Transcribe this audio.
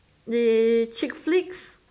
did chick flicks